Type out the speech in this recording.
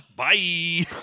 bye